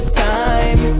time